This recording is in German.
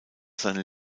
seine